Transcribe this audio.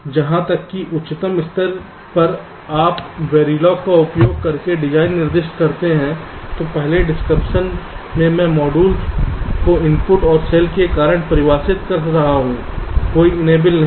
इसलिए यहां तक कि उच्चतम स्तर पर जब आप वेरिलॉग का उपयोग करके डिज़ाइन निर्दिष्ट करते हैं तो पहले डिस्क्रिप्शन में मैं मॉड्यूल को इनपुट और सेल के साथ परिभाषित कर रहा हूं कोई इनेबल नहीं